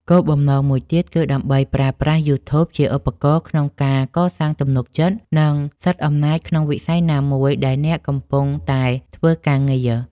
គោលបំណងមួយទៀតគឺដើម្បីប្រើប្រាស់ យូធូប ជាឧបករណ៍ក្នុងការកសាងទំនុកចិត្ត និងសិទ្ធិអំណាចក្នុងវិស័យណាមួយដែលអ្នកកំពុងតែធ្វើការងារ។